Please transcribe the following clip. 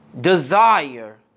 desire